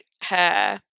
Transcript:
hair